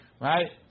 Right